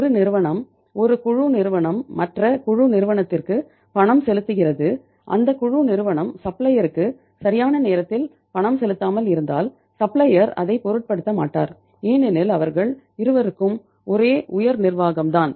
ஒரு நிறுவனம் ஒரு குழு நிறுவனம் மற்ற குழு நிறுவனத்திற்கு பணம் செலுத்துகிறது அந்த குழு நிறுவனம் சப்ளையருக்கு அதைப் பொருட்படுத்த மாட்டார் ஏனெனில் அவர்கள் இருவருக்கும் ஒரே உயர் நிர்வாகம் தான்